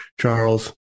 Charles